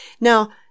Now